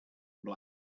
black